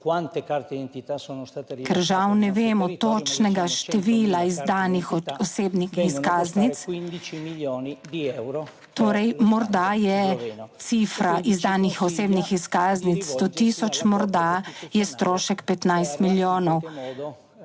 žal ne vemo točnega števila izdanih osebnih izkaznic, torej morda je cifra izdanih osebnih izkaznic 100000, morda je strošek 15 milijonov,